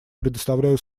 предоставляю